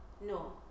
no